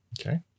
Okay